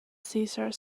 cesar